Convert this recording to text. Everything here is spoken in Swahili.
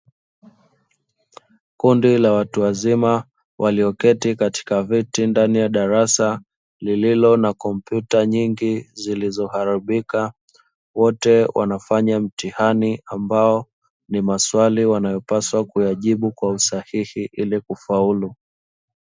Kundi la watu wazima walioketi katika viti ndani ya darasa lililo na kompyuta nyingi zilizoharibika, wote wanafanya mtihani ambao ni maswali wanayopaswa kuyajibu kwa usahihi ili kufaulu.